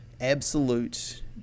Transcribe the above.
absolute